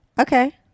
Okay